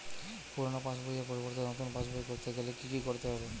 পুরানো পাশবইয়ের পরিবর্তে নতুন পাশবই ক রতে গেলে কি কি করতে হবে?